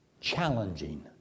challenging